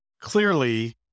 clearly